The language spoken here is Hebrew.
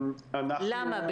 למה?